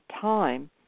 time